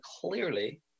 clearly